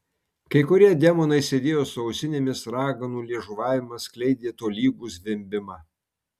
kai kurie demonai sėdėjo su ausinėmis raganų liežuvavimas skleidė tolygų zvimbimą